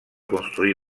construir